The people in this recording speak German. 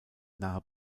nahe